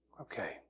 Okay